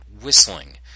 whistling